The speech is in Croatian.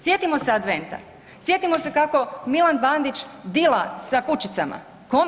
Sjetimo se adventa, sjetimo se kako Milan Bandić dila sa kućicama.